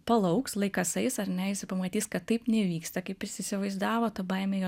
palauks laikas eis ar ne jisai pamatys kad taip nevyksta kaip jis įsivaizdavo ta baimė jo